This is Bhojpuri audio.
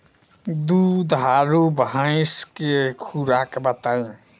दुधारू भैंस के खुराक बताई?